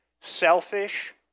selfish